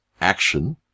action